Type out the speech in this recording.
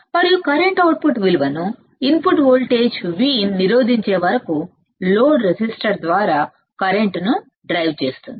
మరియు output input voltage Vin విలువను నిరోధించే వరకు లోడ్ రెసిస్టర్ ద్వారా లోడ్ కరెంట్ ను opamp డ్రైవ్ చేస్తుంది